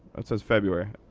that says february.